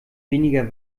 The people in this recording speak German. weniger